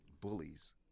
bullies